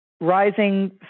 rising